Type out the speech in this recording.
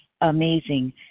amazing